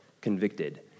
convicted